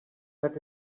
that